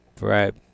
Right